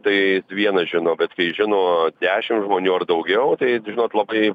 tai jis vienas žino bet kai žino dešim žmonių ar daugiau tai žinot labai